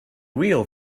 real